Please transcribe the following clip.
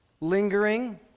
lingering